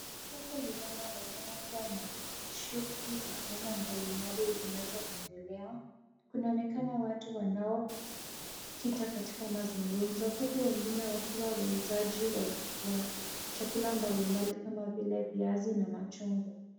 Soko linaonekana kuwa na shughuli zanaina mbalimbali zinaendelea. Kunaonekana watu wanaokita katika mazungumzo huku wengine wakiwa wauzaji wa chakula mbalimbali kama vile viazi na machungwa.